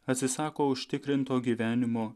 atsisako užtikrinto gyvenimo